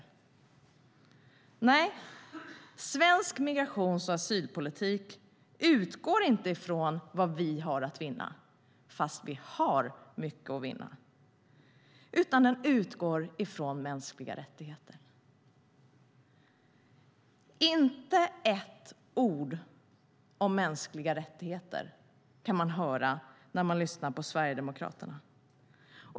Nej, svensk migrations och asylpolitik utgår inte från vad vi har att vinna, fast vi har mycket att vinna, utan den utgår från mänskliga rättigheter. Inte ett ord om mänskliga rättigheter kan man höra när man lyssnar på Sverigedemokraterna.